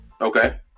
Okay